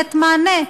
לתת מענה: